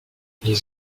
les